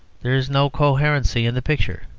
there is no coherency in the picture.